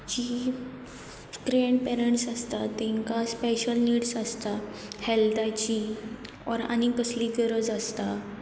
जी grandparents आसता तेंकां स्पेशल निड्स आसता हेल्थाची ऑर आनी कसली गरज आसता